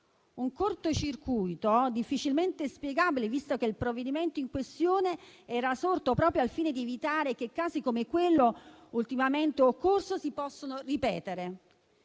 un cortocircuito difficilmente spiegabile, visto che il provvedimento in questione era sorto proprio al fine di evitare che casi come quello ultimamente occorso si possano ripetere.